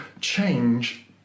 change